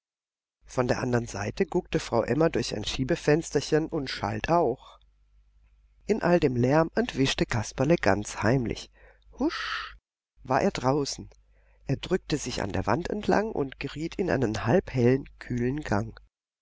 von der andern seite guckte frau emma durch ein schiebefensterchen und schalt auch in all dem lärm entwischte kasperle ganz heimlich husch war er draußen er drückte sich an der wand entlang und geriet in einen halbhellen kühlen gang